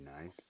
nice